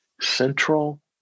central